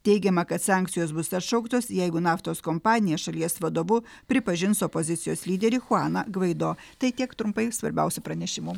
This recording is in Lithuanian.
teigiama kad sankcijos bus atšauktos jeigu naftos kompanija šalies vadovu pripažins opozicijos lyderį chuaną gvaido tai tiek trumpai svarbiausių pranešimų